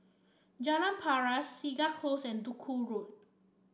Jalan Paras Segar Close and Duku Road